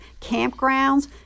campgrounds